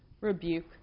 rebuke